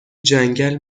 جنگل